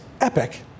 epic